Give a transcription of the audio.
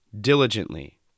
diligently